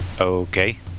Okay